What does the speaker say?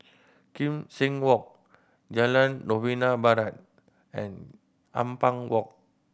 Kim Seng Walk Jalan Novena Barat and Ampang Walk